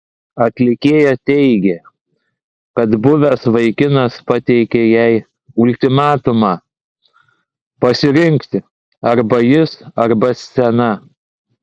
atlikėja teigė kad buvęs vaikinas pateikė jai ultimatumą pasirinkti arba jis arba scena